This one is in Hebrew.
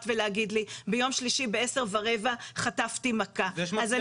ולהגיד לי 'ביום שלישי ב-10:15 חטפתי מכה' אז אני